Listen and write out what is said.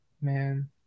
Man